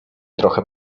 trochę